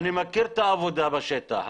אני מכיר את העבודה בשטח,